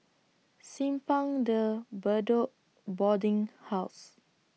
Simpang De Bedok Boarding House